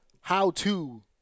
how-to